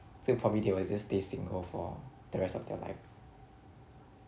so they probably they will just stay single for the rest of their life